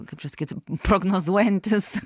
kaip čia sakyt prognozuojantis